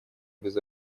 без